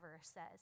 says